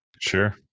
Sure